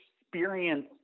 experience